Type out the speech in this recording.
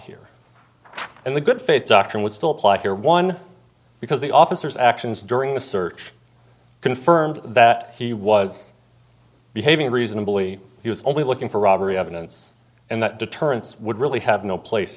here and the good faith doctrine would still apply here one because the officer's actions during the search confirmed that he was behaving reasonably he was only looking for robbery evidence and that deterrence would really have no place